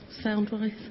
Sound-wise